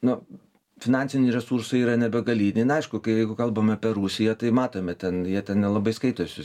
nu finansiniai resursai yra nebegaliniai na aišku kai jeigu kalbam apie rusiją tai matome ten jie ten nelabai skaitosi